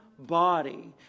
Body